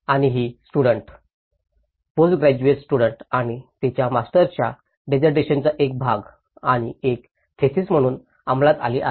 आणि ही student postgraduate student आणि तिच्या मास्टरच्या डिसार्टेशन चा एक भाग आणि एक थिसीस म्हणून अंमलात आली आहे